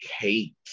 Kate